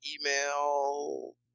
email